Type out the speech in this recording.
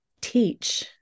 teach